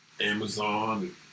Amazon